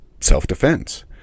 self-defense